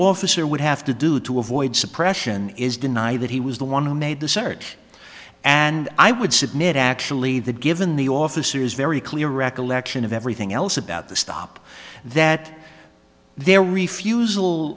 officer would have to do to avoid suppression is deny that he was the one who made the search and i would submit actually that given the officers very clear recollection of everything else about the stop that their refusal